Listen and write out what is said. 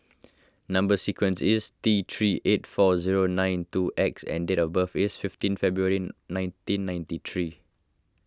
Number Sequence is T three eight four zero nine two X and date of birth is fifteen February nineteen ninety three